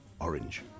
orange